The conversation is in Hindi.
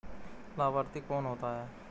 लाभार्थी कौन होता है?